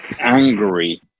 angry